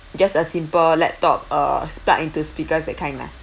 just a simple laptop uh plug into speakers that kind lah